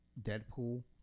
Deadpool